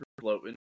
floating